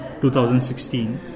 2016